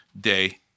day